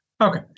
Okay